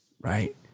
right